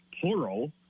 plural